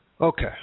Okay